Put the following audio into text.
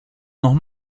noch